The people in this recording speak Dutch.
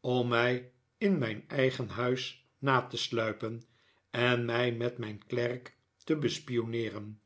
om mij in mijn eigen huis na te sluipen en mij met mijn klerk te bespionneeren